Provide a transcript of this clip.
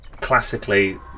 classically